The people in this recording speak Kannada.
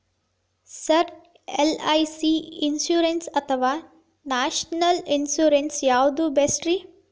ಸರ್ ಎಲ್.ಐ.ಸಿ ಇನ್ಶೂರೆನ್ಸ್ ಅಥವಾ ನ್ಯಾಷನಲ್ ಇನ್ಶೂರೆನ್ಸ್ ಯಾವುದು ಬೆಸ್ಟ್ರಿ?